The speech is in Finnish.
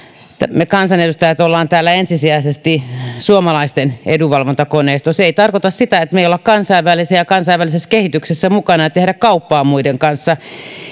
me kansanedustajat olemme täällä ensisijaisesti suomalaisten edunvalvontakoneisto se ei tarkoita sitä että me emme ole kansainvälisiä ja kansainvälisessä kehityksessä mukana me teemme kauppaa muiden kanssa